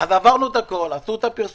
אז עברנו את הכל, עשו את הפרסומים,